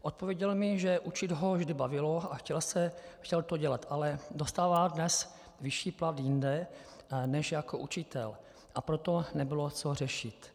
Odpověděl mi, že učit ho vždy bavilo a chtěl to dělat, ale dostává dnes vyšší plat jinde než jako učitel, a proto nebylo co řešit.